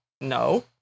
no